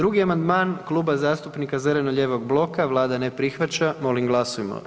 2. amandman Kluba zastupnika zeleno-lijevog bloka Vlada ne prihvaća, molim glasujmo.